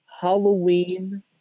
Halloween